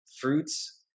fruits